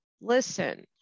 listen